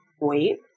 wait